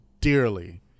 dearly